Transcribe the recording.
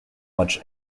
much